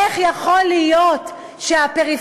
איך יכול להיות שהפריפריה,